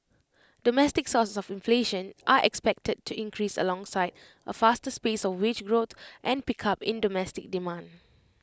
domestic sources of inflation are expected to increase alongside A faster pace of wage growth and pickup in domestic demand